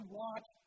watch